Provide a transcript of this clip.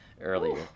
earlier